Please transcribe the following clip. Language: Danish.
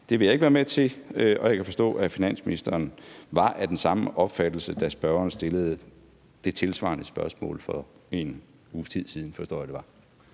det vil jeg ikke være med til. Og jeg kan forstå, at finansministeren var af den samme opfattelse, da spørgeren stillede det tilsvarende spørgsmål, for en uges tid siden